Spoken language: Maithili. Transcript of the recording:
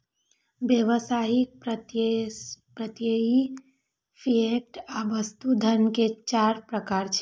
व्यावसायिक, प्रत्ययी, फिएट आ वस्तु धन के चार प्रकार छियै